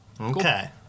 Okay